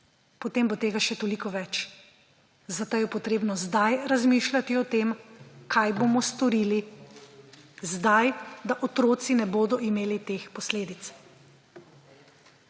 potem bo tega še toliko več. Zato je potrebno zdaj razmišljati o tem, kaj bomo storili zdaj, da otroci ne bodo imeli teh posledic.